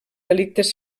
delictes